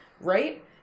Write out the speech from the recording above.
right